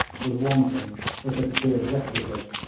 was wanting if it appeared requisite,